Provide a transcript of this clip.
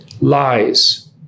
Lies